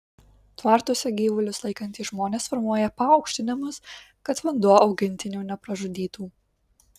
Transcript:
tvartuose gyvulius laikantys žmonės formuoja paaukštinimus kad vanduo augintinių nepražudytų